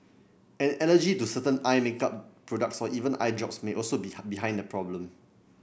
an allergy to certain eye makeup products or even eye drops may also be behind the problem